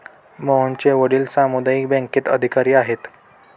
मोहनचे वडील सामुदायिक बँकेत अधिकारी आहेत